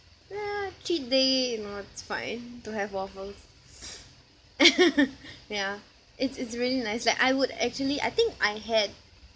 ya cheat day you know it's fine to have waffles ya it's it's really nice like I would actually I think I had